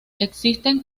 existen